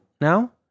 now